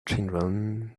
children